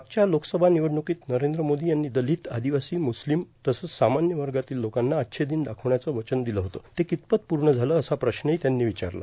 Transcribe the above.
मागच्या लोकसभा निवडण्यकीत नरेंद्र मोदी यांनी दलित आदिवासी मुस्लिम तसंच सामान्य वर्गातील लोकांना अच्छे दिन दाखवण्याचं वचन दिलं होतं ते कितपत पूर्ण झालं असा प्रश्नही त्यांनी विचारला